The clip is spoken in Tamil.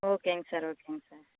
ஓகேங்க சார் ஓகேங்க சார்